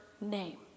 name